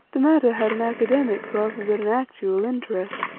the matter had an academic rather than an actual interest,